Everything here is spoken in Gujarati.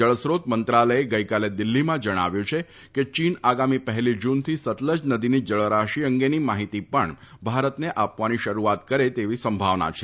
જળસ્ત્રોત મંત્રાલયે ગઇકાલે દિલ્હીમાં જણાવ્યું છે કે ચીન આગામી પહેલી જૂનથી સતલજ નદીની જળરાશી અંગેની માહિતી પણ ભારતને આપવાની શરૂઆત કરે તેવી સંભાવના છે